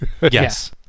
Yes